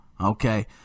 okay